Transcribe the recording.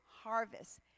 harvest